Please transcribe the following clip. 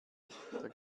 der